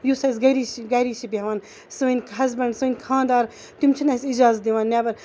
یُس چھِ أسۍ گری گری چھِ بیہوان سٲنۍ ہسبنڈ سٔندۍ خاندار تِم چھِ نہٕ أسۍ اِجازت دِوان نیبر